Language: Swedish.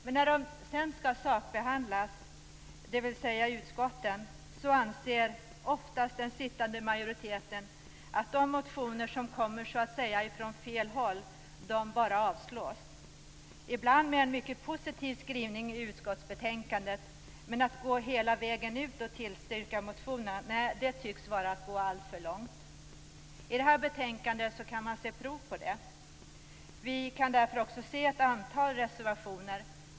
När motionerna sedan skall sakbehandlas i utskotten anser ju oftast den sittande majoriteten att de motioner som kommer så att säga ifrån fel håll bara skall avslås! Ibland avslås de med en mycket positiv skrivning i utskottsbetänkandet. Men att gå hela vägen ut och tillstyrka motionerna - nej, det tycks vara att gå alltför långt. I detta betänkande kan man se prov på detta. Vi kan därför se ett antal reservationer.